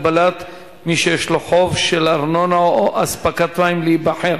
הגבלת מי שיש לו חוב של ארנונה או אספקת מים להיבחר),